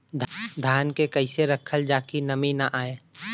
धान के कइसे रखल जाकि नमी न आए?